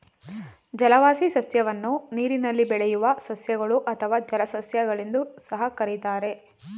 ಜಲವಾಸಿ ಸಸ್ಯವನ್ನು ನೀರಿನಲ್ಲಿ ಬೆಳೆಯುವ ಸಸ್ಯಗಳು ಅಥವಾ ಜಲಸಸ್ಯ ಗಳೆಂದೂ ಸಹ ಕರಿತಾರೆ